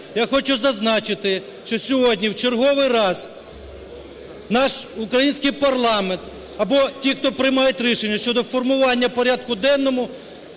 я хочу зазначити, що сьогодні в черговий раз наш український парламент або ті, хто приймають рішення щодо формування порядку денного,